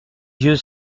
yeux